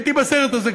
כבר הייתי בסרט הזה,